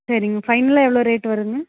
சரிங்க ஃபைனலாக எவ்வளோ ரேட் வருதுங்க